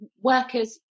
workers